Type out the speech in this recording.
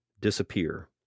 disappear